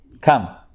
Come